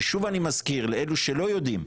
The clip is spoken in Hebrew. ששוב אני מזכיר לאלו שלא יודעים,